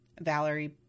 Valerie